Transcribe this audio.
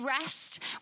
rest